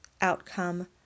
Outcome